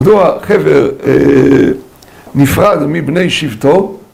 ‫מדוע חבר נפרד מבני שבטו.